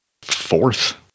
Fourth